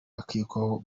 akekwaho